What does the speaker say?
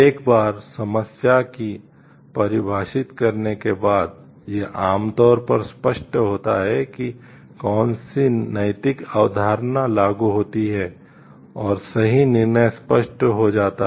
एक बार समस्या को परिभाषित करने के बाद यह आमतौर पर स्पष्ट होता है कि कौन सी नैतिक अवधारणा लागू होती है और सही निर्णय स्पष्ट हो जाता है